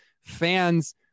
Fans